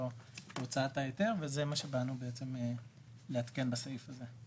הוצאת ההיתר וזה מה שבאנו לעדכן בסעיף זה.